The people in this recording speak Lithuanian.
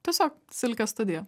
tiesiog silkės studija